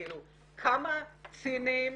כמה ציניים